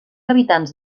habitants